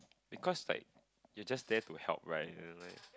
because like you just there to help right you know like